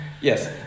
Yes